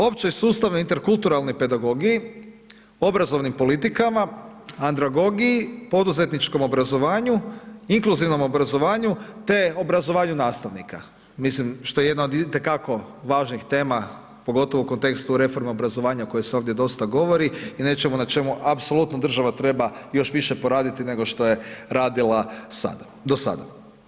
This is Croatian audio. Općoj sustavnoj interkulturalnoj pedagogiji, obrazovnim politikama, andragogiji, poduzetničkom obrazovanju, inkluzivnom obrazovanju te obrazovanju nastavnika, mislim, što je jedna od itekako važnih tema, pogotovo u kontekstu reforme obrazovanja o kojoj se ovdje dosta govori i nečemu na čemu apsolutno država treba još više poraditi nego što je radila do sada.